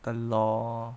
the law